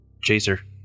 Chaser